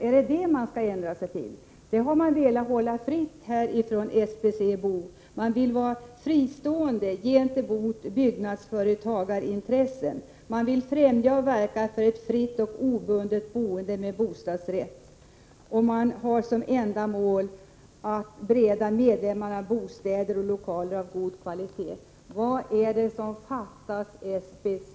SBC har velat undvika detta genom att vara fristående gentemot byggnadsföretagarintressen. Man vill främja och verka för ett fritt och obundet boende med bostadsrätt, och man har som enda mål att bereda medlemmarna bostäder och lokaler av god kvalitet. Vad är det som saknas inom SBC?